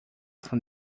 from